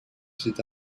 cet